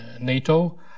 NATO